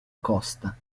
costa